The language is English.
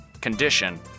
condition